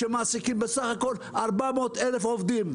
שמעסיקים בסך הכול 400,000 עובדים.